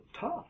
tough